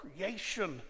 creation